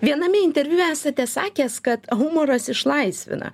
viename interviu esate sakęs kad humoras išlaisvina